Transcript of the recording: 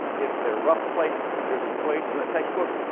if they're rough plates, there's equations in the textbook.